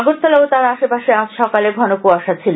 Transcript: আগরতলা ও তার আসেপাশে আজ সকালে ঘন কুয়াশা ছিল